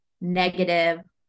negative